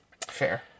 Fair